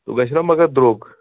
سُہ گژھیو نہ مگر درٛوٚگ